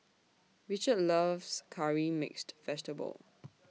Richard loves Curry Mixed Vegetable